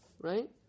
right